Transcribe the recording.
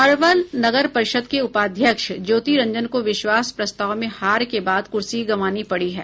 अरवल नगर परिषद के उपाध्यक्ष ज्योति रंजन को विश्वास प्रस्ताव में हार के बाद कुर्सी गंवानी पड़ी है